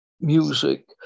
music